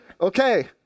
Okay